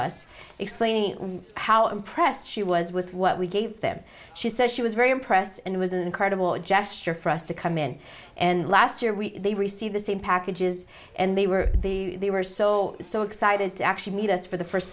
us explaining how impressed she was with what we gave them she says she was very impressed and it was an incredible gesture for us to come in and last year we receive the same packages and they were the were so so excited to actually meet us for the first